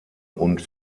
und